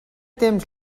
temps